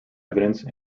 evidence